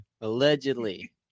Allegedly